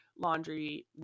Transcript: laundry